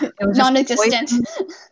non-existent